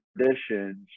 traditions